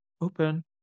open